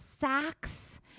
sacks